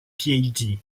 phd